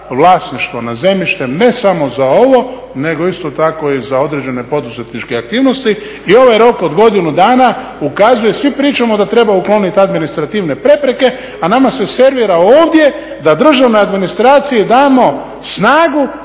vlasništvo nad zemljištem ne samo za ovo nego isto tako i za određene poduzetničke aktivnosti i ovaj rok od godinu dana ukazuje, svi pričamo da treba ukloniti administrativne prepreke, a nama se servira ovdje da državnoj administraciji damo snagu